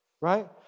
right